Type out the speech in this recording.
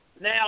Now